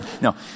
No